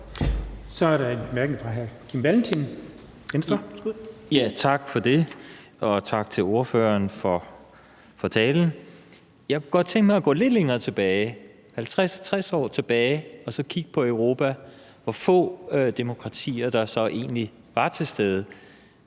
Venstre. Værsgo. Kl. 19:32 Kim Valentin (V): Tak for det, og tak til ordføreren for talen. Jeg kunne godt tænke mig at gå lidt længere tilbage, 50-60 år tilbage, og så kigge på Europa og på, hvor få demokratier der egentlig var til stede,